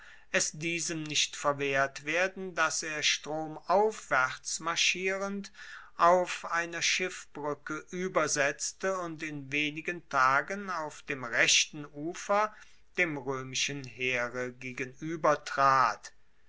es diesem nicht verwehrt werden dass er stromaufwaerts marschierend auf einer schiffbruecke uebersetzte und in wenigen tagen auf dem rechten ufer dem roemischen heere